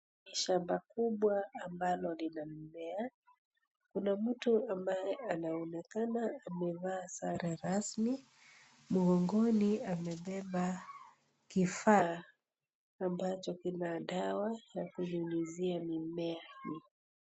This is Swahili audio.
Ni shamba kubwa ambalo lina mimea, kuna mtu ambaye anaonekana amevaa sare rasmi, mgongoni amebeba kifaa ambacho kina dawa ya kunyunyuzia mimea.